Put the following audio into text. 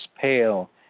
pale